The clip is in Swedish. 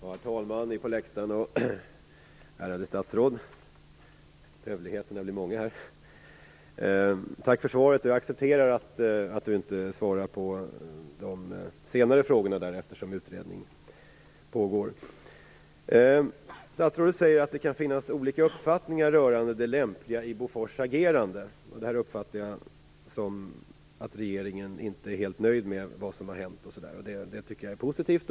Herr talman! Ni på läktaren! Ärade statsråd! Hövligheterna blir många här. Jag tackar för svaret. Jag accepterar att statsrådet inte svarar på de senare frågorna eftersom utredning pågår. Statsrådet säger att det kan finnas olika uppfattningar rörande det lämpliga i Bofors agerande. Det uppfattar jag som att regeringen inte är helt nöjd med det som har hänt, och det tycker jag är positivt.